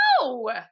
No